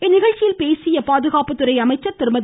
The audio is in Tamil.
இந்நிகழ்ச்சியில் பேசிய பாதுகாப்புத்துறை அமைச்சர் திருமதி